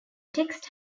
text